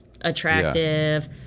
attractive